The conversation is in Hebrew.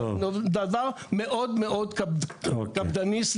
דבר מאוד קפדני.